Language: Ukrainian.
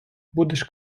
будеш